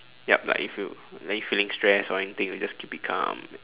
yup like if you like you feeling stress or anything you just keep it calm